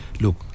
look